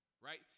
Right